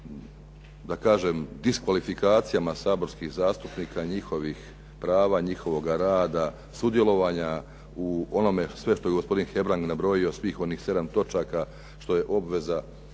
da kažem diskvalifikacijama saborskih zastupnika, njihovih prava, njihovoga rada, sudjelovanja u onome sve što je gospodin Hebrang nabrojih svih onih sedam točaka što je obveza